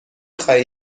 خواهی